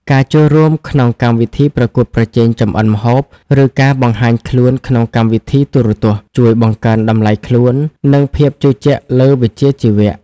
ការចូលរួមក្នុងកម្មវិធីប្រកួតប្រជែងចម្អិនម្ហូប ឬការបង្ហាញខ្លួនក្នុងកម្មវិធីទូរទស្សន៍ ជួយបង្កើនតម្លៃខ្លួន និងភាពជឿជាក់លើវិជ្ជាជីវៈ។